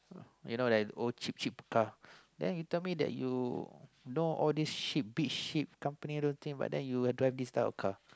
you know like those old cheap cheap car then you tell me that you know all these ship big ship company I don't think but then you drive this type of car